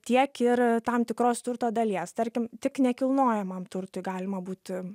tiek ir tam tikros turto dalies tarkim tik nekilnojamam turtui galima būtų